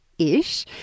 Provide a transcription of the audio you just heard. ish